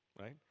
Right